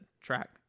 track